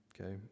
okay